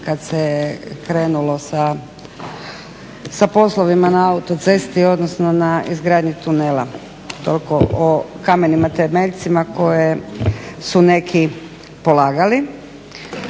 kad se krenulo sa poslovima na autocesti odnosno na izgradnji tunela. Toliko o kamenima temeljcima koje su neki polagali.